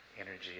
energy